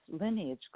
lineage